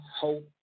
hope